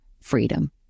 freedom